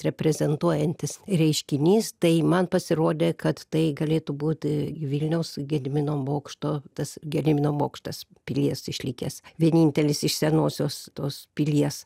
reprezentuojantis reiškinys tai man pasirodė kad tai galėtų būt vilniaus gedimino bokšto tas gedimino bokštas pilies išlikęs vienintelis iš senosios tos pilies